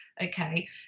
Okay